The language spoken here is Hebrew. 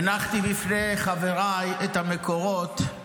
הנחתי בפני חבריי את המקורות,